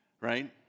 right